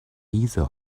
either